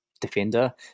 defender